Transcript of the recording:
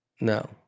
No